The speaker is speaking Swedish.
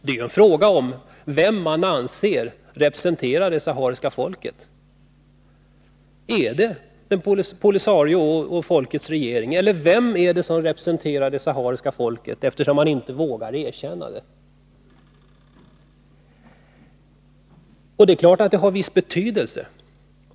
Det är en fråga om vem man anser representerar det sahariska folket. Är det POLISARIO och folkets regering eller vem är det som representerar det sahariska folket? Man vågar ju inte erkänna republiken. Det är klart att ett erkännande har en viss betydelse.